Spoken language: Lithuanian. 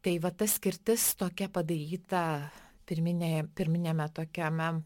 tai va ta skirtis tokia padaryta pirminėje pirminiame tokiame